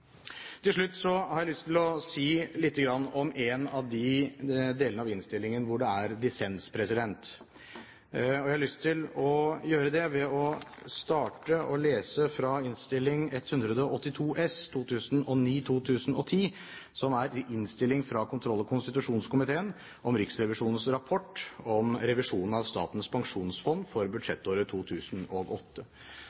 Til slutt har jeg lyst til å si litt om en av de delene av innstillingen hvor det er dissens. Jeg har lyst til å gjøre det ved å starte med å lese fra Innst. 182 S for 2009–2010, som er «innstilling fra kontroll- og konstitusjonskomiteen om Riksrevisjonens rapport om revisjonen av Statens pensjonsfond for